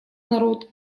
народ